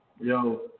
Yo